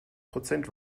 prozent